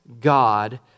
God